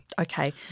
Okay